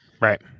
Right